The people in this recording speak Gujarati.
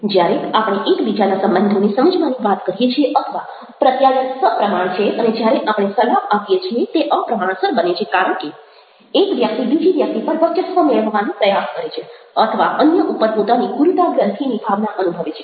જ્યારે આપણે એકબીજાના સંબંધોને સમજવાની વાત કરીએ છીએ અથવા પ્રત્યાયન સપ્રમાણ છે અને જ્યારે આપણે સલાહ આપીએ છીએ તે અપ્રમાણસર બને છે કારણ કે એક વ્યક્તિ બીજી વ્યક્તિ પર વર્ચસ્વ મેળવવાનો પ્રયાસ કરે છે અથવા અન્ય ઉપર પોતાની ગુરુતાગ્રંથિની ભાવના અનુભવે છે